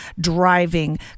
driving